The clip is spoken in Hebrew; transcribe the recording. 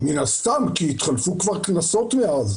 מן הסתם כי התחלפו כבר כנסות מאז.